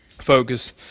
Focus